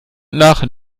nach